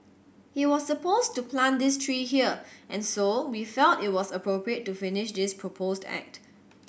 he was supposed to plant this tree here and so we felt it was appropriate to finish this proposed act